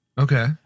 Okay